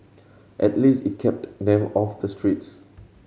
at least it kept them off the streets